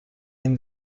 این